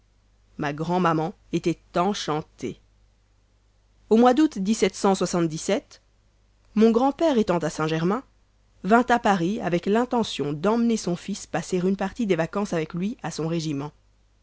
ma grand'maman était enchantée au mois d'août mon grand-père étant à st germain vint à paris avec l'intention d'emmener son fils passer une partie des vacances avec lui à son régiment